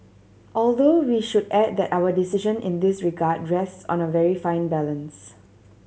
although we should add that our decision in this regard rest on a very fine balance